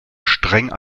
streng